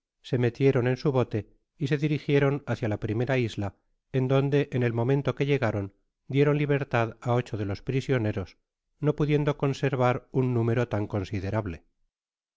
se metieron en su note y se dirigieron hacia la primera isla en donde en el momento que llegaron dieron libertad á ocho de los prisioneros no pudiendo conservar un número tan considerable